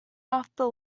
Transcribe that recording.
after